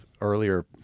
earlier